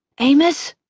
amos?